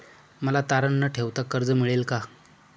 मला तारण न ठेवता कर्ज मिळेल का?